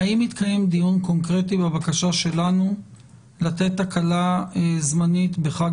האם מתקיים דיון קונקרטי בבקשה שלנו לתת הקלה זמנית בחג